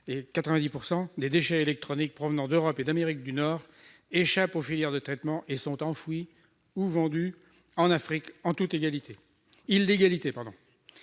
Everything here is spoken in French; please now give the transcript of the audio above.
et 90 % -des déchets électroniques provenant d'Europe et d'Amérique du Nord échappent aux filières de traitement et sont enfouis ou vendus en Afrique, en toute illégalité. Pour